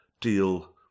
deal